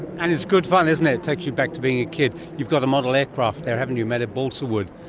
and it's good fun, isn't it, it takes you back to being a kid. you've got a model aircraft there, haven't you, made of balsa wood.